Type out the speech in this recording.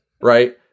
Right